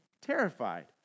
terrified